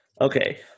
Okay